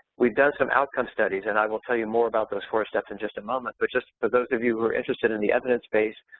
we've done some outcome studies and i will tell you more about those four steps in just a moment, but just for those of you who are interested in the evidence-based,